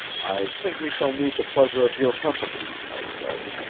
i think we shall need the pleasure of your company, i said.